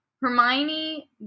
Hermione